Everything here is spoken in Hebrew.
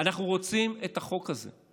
אנחנו רוצים את החוק הזה.